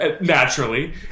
naturally